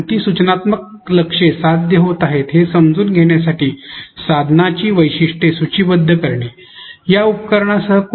कोणती सूचनात्मक लक्ष्ये साध्य होत आहेत हे समजून घेण्यासाठी साधनाची वैशिष्ट्ये सूचीबद्ध करणे म्हणजे विश्लेषण होय